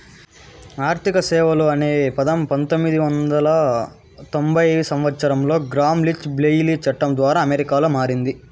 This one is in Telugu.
ఆర్థిక సేవలు అనే పదం పంతొమ్మిది వందల తొంభై సంవచ్చరంలో గ్రామ్ లీచ్ బ్లెయిలీ చట్టం ద్వారా అమెరికాలో మారింది